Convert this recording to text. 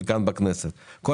בכנסת,